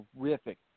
terrific